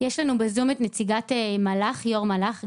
יש לנו בזום את יו"ר מלאח,